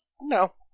No